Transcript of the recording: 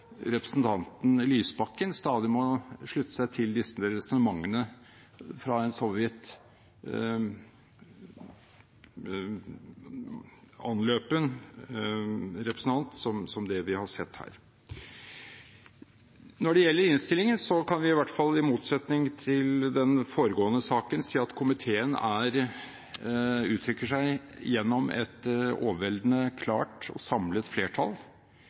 representanten Lysbakken stadig må slutte seg til disse resonnementene fra en så vidt anløpen representant som det vi har sett her. Når det gjelder innstillingen, kan jeg i hvert fall, i motsetning til i den foregående saken, si at komiteen uttrykker seg gjennom et overveldende klart og samlet flertall.